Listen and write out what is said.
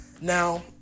Now